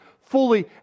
fully